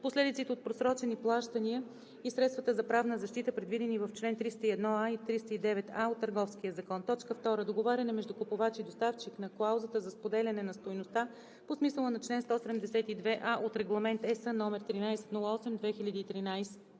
последиците от просрочени плащания и средствата за правна защита, предвидени в чл. 303а и 309а от Търговския закон; 2. договаряне между купувач и доставчик на клауза за споделяне на стойността по смисъла на чл. 172а от Регламент (ЕС) № 1308/2013